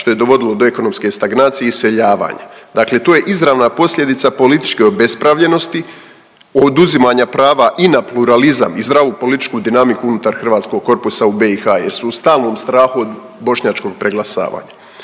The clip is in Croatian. što je dovodilo do ekonomske stagnacije i iseljavanja. Dakle, to je izravna posljedica političke obespravljenosti, oduzimanja prava i na pluralizam i zdravu političku dinamiku unutar hrvatskog korpusa u BiH jer su u stalnom strahu od bošnjačkog preglasavanja.